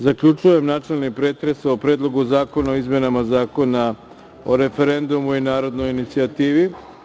Zaključujem načelni pretres o Predlogu zakona o izmenama Zakona o referendumu i narodnoj inicijativi.